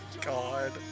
God